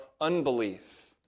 unbelief